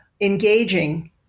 engaging